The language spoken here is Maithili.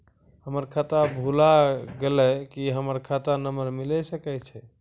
हमर खाता भुला गेलै, की हमर खाता नंबर मिले सकय छै?